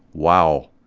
wow.